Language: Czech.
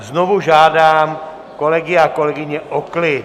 Znovu žádám kolegy a kolegyně o klid.